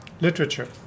literature